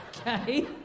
Okay